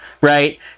right